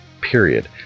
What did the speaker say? period